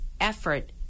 effort